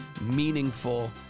meaningful